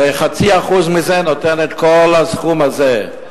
הרי 0.5% מזה נותן את כל הסכום הזה.